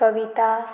कविता